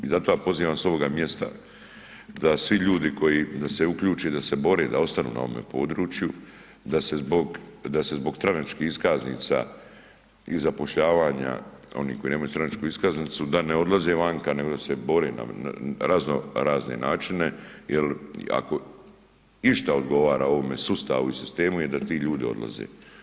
I zato ja pozivam s ovoga mjesta da svi ljudi koji, da se uključe i da se bore i da ostanu na ovome području, da se zbog stranačkih iskaznica i zapošljavanja onih koji nemaju stranačku iskaznicu da ne odlaze vanka nego da se bore na razno razne načine jer ako išta odgovara ovome sustavu i sistemu je da ti ljudi odlaze.